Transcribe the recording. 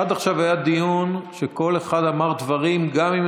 עד עכשיו היה דיון שכל אחד אמר דברים שגם אם